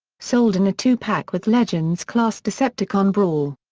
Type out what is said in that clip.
sold in a two pack with legends class decepticon brawl.